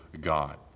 God